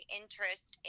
interest